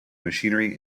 machinery